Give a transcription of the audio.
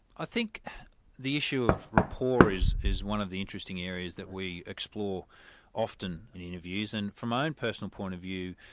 i think the issue of rapport is is one of the interesting areas that we explore often in interviews, and from my own and personal point of view,